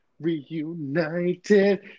reunited